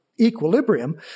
equilibrium